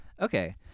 Okay